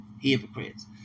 Hypocrites